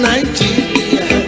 Nigeria